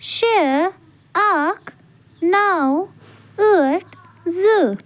شےٚ اَکھ نَو ٲٹھ زٕ